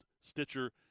Stitcher